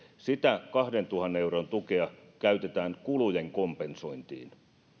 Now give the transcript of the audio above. sitä kahdentuhannen euron tukea käytetään kulujen kompensointiin